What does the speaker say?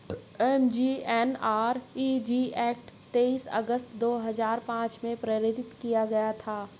MGNREG act तेईस अगस्त दो हजार पांच में पारित किया गया था